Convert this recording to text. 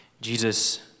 Jesus